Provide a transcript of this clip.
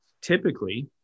typically